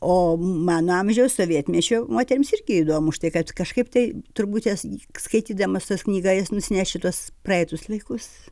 o mano amžiaus sovietmečio moterims irgi įdomu už tai kad kažkaip tai turbūt jos skaitydamos tuos knygą jos nusineš į tuos praeitus laikus